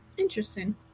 interesting